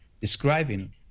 describing